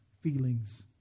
feelings